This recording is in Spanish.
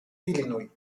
illinois